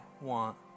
want